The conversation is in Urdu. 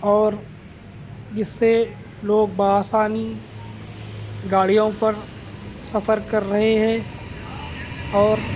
اور اس سے لوگ بہ آسانی گاڑیوں پر سفر کر رہے ہے اور